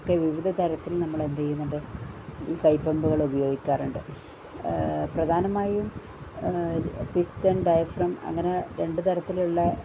ഒക്കെ വിവിധ തരത്തിൽ നമ്മൾ എന്ത് ചെയ്യുന്നുണ്ട് ഈ കൈപ്പമ്പുകൾ ഉപയോഗിക്കാറുണ്ട് പ്രധാനമായും പിസ്റ്റൺ ഡയഫ്രം അങ്ങനെ രണ്ട് തരത്തിൽ ഉള്ള